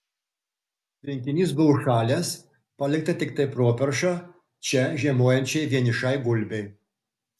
tvenkinys buvo užšalęs palikta tiktai properša čia žiemojančiai vienišai gulbei